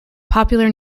popular